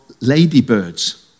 ladybirds